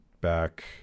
back